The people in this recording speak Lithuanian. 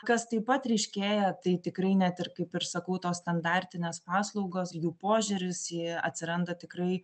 kas taip pat ryškėja tai tikrai net ir kaip ir sakau tos standartinės paslaugos jų požiūris jie atsiranda tikrai